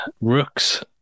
Rooks